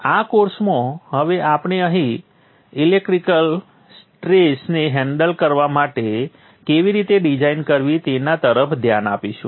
આ કોર્સમાં હવે આપણે અહીં ઇલેક્ટ્રિકલ સ્ટ્રેસને હેન્ડલ કરવા માટે કેવી રીતે ડિઝાઇન કરવી તેના તરફ ધ્યાન આપીશું